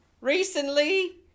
Recently